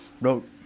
wrote